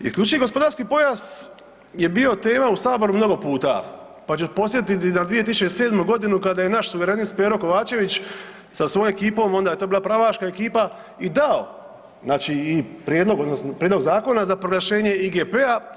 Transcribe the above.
Isključivi gospodarski pojas je bio tema u Saboru mnogo puta, pa ću podsjetiti na 2007. godinu kada je naš Suverenist Pero Kovačević sa svojom ekipom, onda je to bila pravaška ekipa i dao, znači i prijedlog zakona za proglašenje IGP-a.